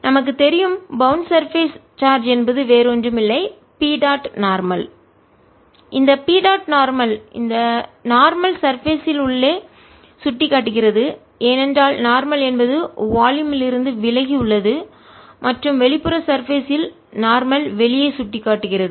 நமக்கு தெரியும் bound surface பிணைக்கப்பட்ட மேற்பரப்பு சார்ஜ் என்பது வேறு ஒன்றும் இல்லை P டாட் நார்மல் இந்த P டாட் நார்மல் இந்த நார்மல் சர்பேஸ் இல் மேற்பரப்பில்உள்ளே சுட்டிக்காட்டுகிறது ஏனென்றால் நார்மல் என்பது வால்யும் தொகுதியிலிருந்து இருந்து விலகி உள்ளது மற்றும் வெளிப்புற சர்பேஸ் இல் மேற்பரப்பில் நார்மல் வெளியே சுட்டிக்காட்டுகிறது